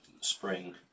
spring